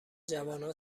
جوانها